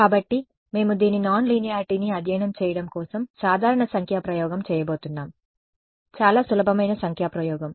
కాబట్టి మేము దీని నాన్లీనియార్టీ ని అధ్యయనం చేయడం కోసం సాధారణ సంఖ్యా ప్రయోగం చేయబోతున్నాం చాలా సులభమైన సంఖ్యా ప్రయోగం